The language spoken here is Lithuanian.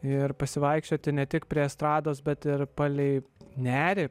ir pasivaikščioti ne tik prie estrados bet ir palei nerį